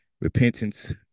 repentance